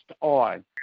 on